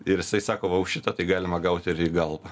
ir jisai sako va už šitą tai galima gauti ir į galvą